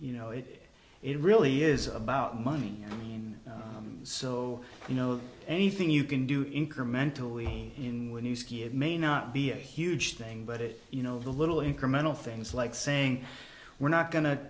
you know it it really is about money and so you know anything you can do incrementally when you ski it may not be a huge thing but if you know the little incremental things like saying we're not go